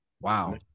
Wow